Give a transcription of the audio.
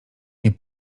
nie